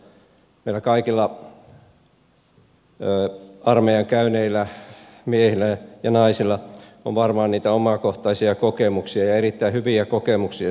meillä kaikilla armeijan käyneillä miehillä ja naisilla on varmaan niitä omakohtaisia kokemuksia ja erittäin hyviä kokemuksia sieltä puolustusvoimista